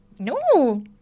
No